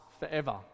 forever